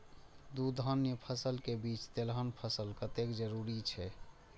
दू धान्य फसल के बीच तेलहन फसल कतेक जरूरी छे?